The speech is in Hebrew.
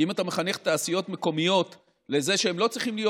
כי אם אתה מחנך תעשיות מקומיות לזה שהן לא צריכות להיות